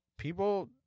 People